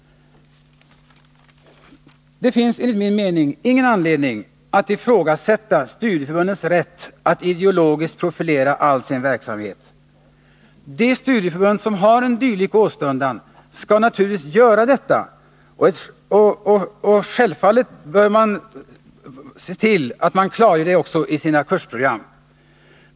Det finns, enligt min mening, ingen anledning att ifrågasätta studieförbundens rätt att ideologiskt profilera all sin verksamhet. De studieförbund som har en dylik åstundan skall naturligtvis göra detta, och självfallet bör man se till att klargöra det också i sina kursprogram.